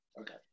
Okay